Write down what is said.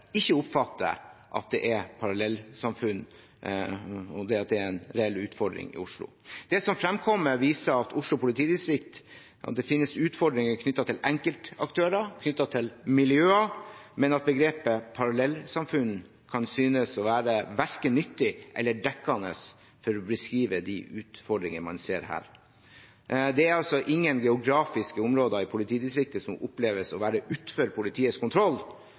det er parallellsamfunn – at dette er en reell utfordring i Oslo. Det som framkommer, viser at i Oslo politidistrikt finnes det utfordringer knyttet til enkeltaktører og til miljøer, men at begrepet «parallellsamfunn» kan synes å være verken nyttig eller dekkende for å beskrive de utfordringer man ser her. Det er altså ingen geografiske områder i politidistriktet som oppleves å være utenfor politiets kontroll,